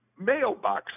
mailboxes